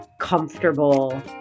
comfortable